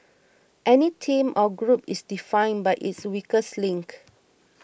any team or group is defined by its weakest link